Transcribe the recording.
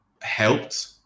helped